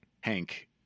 Hank